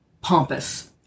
pompous